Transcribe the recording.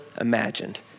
imagined